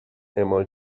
اعمال